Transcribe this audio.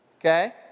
Okay